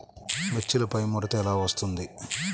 మిర్చిలో పైముడత ఎలా వస్తుంది?